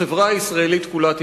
החברה הישראלית כולה תיפגע.